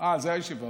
על זה הישיבה.